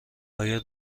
آیا